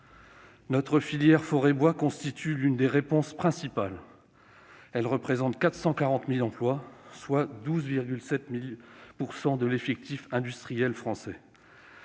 Notre filière forêt-bois constitue l'une des réponses principales : elle représente 440 000 emplois, soit 12,7 % de l'effectif industriel français,